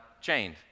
chained